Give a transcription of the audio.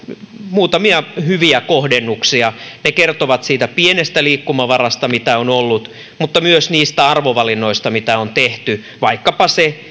muutamia hyviä kohdennuksia ne kertovat siitä pienestä liikkumavarasta mitä on ollut mutta myös niistä arvovalinnoista mitä on tehty vaikkapa